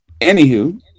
anywho